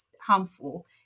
harmful